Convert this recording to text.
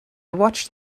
watched